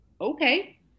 okay